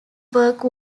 work